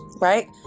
right